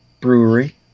Brewery